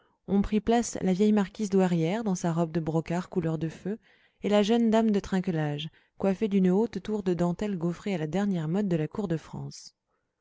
ont pris place la vieille marquise douairière dans sa robe de brocart couleur de feu et la jeune dame de trinquelage coiffée d'une haute tour de dentelle gaufrée à la dernière mode de la cour de france